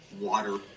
water